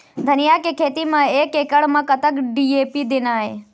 धनिया के खेती म एक एकड़ म कतक डी.ए.पी देना ये?